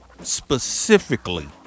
specifically